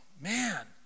man